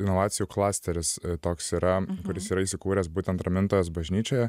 inovacijų klasteris toks yra kuris yra įsikūręs būtent ramintojos bažnyčioje